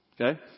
okay